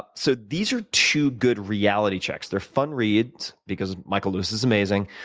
so these are two good reality checks. they're fun reads because michael lewis is amazing,